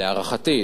להערכתי,